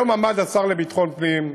היום עמד השר לביטחון הפנים,